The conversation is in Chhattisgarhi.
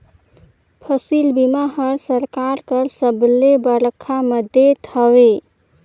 फसिल बीमा हर सरकार कर सबले बड़खा मदेत हवे